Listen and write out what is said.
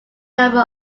number